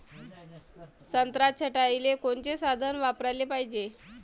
संत्रा छटाईले कोनचे साधन वापराले पाहिजे?